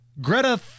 Greta